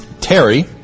Terry